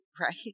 right